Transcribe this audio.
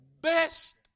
Best